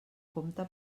compte